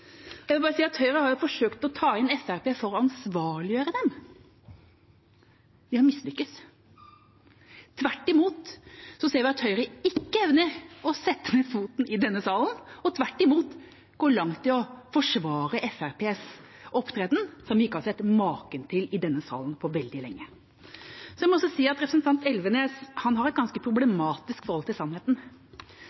Høyre har forsøkt å ta inn Fremskrittspartiet for å ansvarliggjøre dem. De har mislyktes. Tvert imot ser vi at Høyre ikke evner å sette ned foten i denne salen, men tvert imot går langt i å forsvare Fremskrittspartiets opptreden, som vi ikke har sett maken til i denne salen på veldig lenge. Så må jeg også si at representanten Elvenes har et ganske